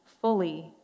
fully